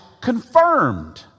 confirmed